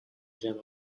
gem